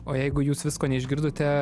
o jeigu jūs visko neišgirdote